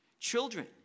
children